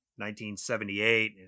1978